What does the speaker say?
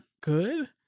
good